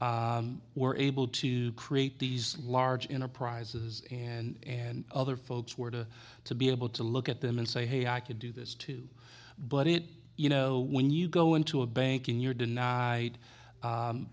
were able to create these large enterprises and and other folks were to to be able to look at them and say hey i could do this too but it you know when you go into a bank in your denied